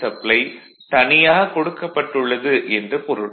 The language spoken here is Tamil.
சப்ளை தனியாகக் கொடுக்கப்பட்டு உள்ளது என்று பொருள்